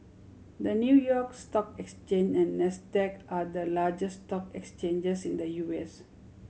the New York Stock Exchange and Nasdaq are the largest stock exchanges in the U S